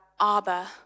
Abba